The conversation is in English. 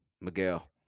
Miguel